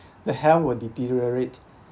the health will deteriorate